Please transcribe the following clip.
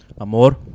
Amor